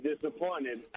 disappointed